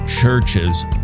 churches